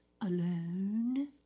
alone